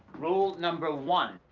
rule number one,